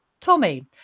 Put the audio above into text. Tommy